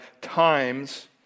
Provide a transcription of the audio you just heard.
times